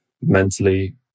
mentally